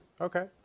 Okay